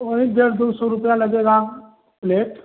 वहीं डेढ़ दो सौ रुपये लगेगा प्लेट